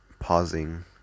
pausing